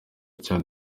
cya